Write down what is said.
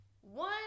one